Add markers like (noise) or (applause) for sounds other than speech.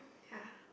(breath)